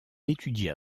étudia